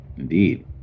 Indeed